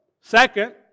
Second